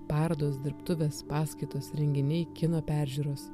parodos dirbtuvės paskaitos renginiai kino peržiūros